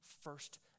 first